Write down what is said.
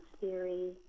theory